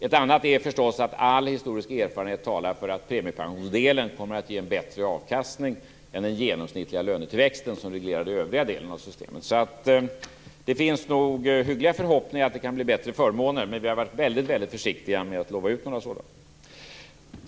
En annan sak är förstås att all historisk erfarenhet talar för att premiepensionsdelen kommer att ge bättre avkastning än den genomsnittliga lönetillväxten, som reglerar den övriga delen av systemet. Det finns nog hyggliga förhoppningar om att det kan bli bättre förmåner. Men vi har varit mycket försiktiga med att lova några sådana.